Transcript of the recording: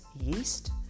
yeast